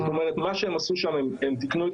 זאת אומרת, מה שהם עשו שם, הם תיקנו את